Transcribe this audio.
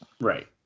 Right